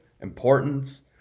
importance